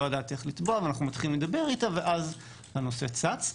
יודעת איך לתבוע ואנחנו מתחילים לדבר אתה אז הנושא צץ.